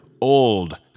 Old